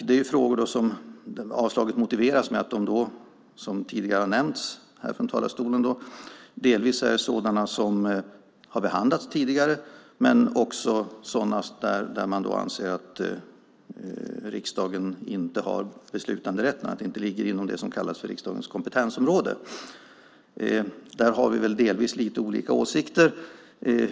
Det är frågor där avstyrkan motiveras med att de, som tidigare har nämnts här från talarstolen, delvis är sådana som har behandlats tidigare men också sådana där man anser att riksdagen inte har beslutanderätten, att det inte ligger inom det som kallas för riksdagens kompetensområde. Där har vi väl delvis lite olika åsikter.